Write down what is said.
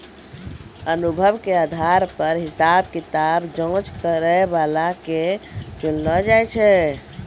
अनुभव के आधार पर हिसाब किताब जांच करै बला के चुनलो जाय छै